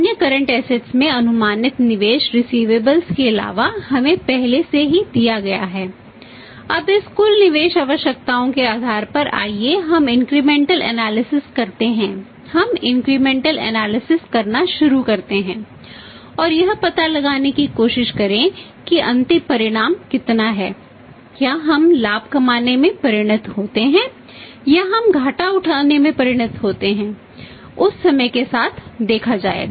अन्य current assets तैयार करना होगा